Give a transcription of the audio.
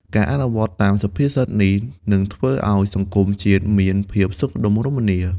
ការអនុវត្តតាមសុភាសិតនេះ នឹងធ្វើឱ្យសង្គមជាតិមានភាពសុខដុមរមនា។